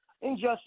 injustice